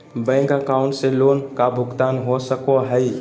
Bank account से loan का भुगतान हो सको हई?